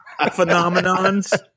phenomenons